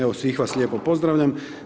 Evo, svih vas lijepo pozdravljam.